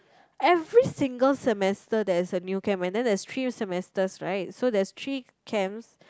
every single semester there's a new camp and then there's three semesters right so there's three camps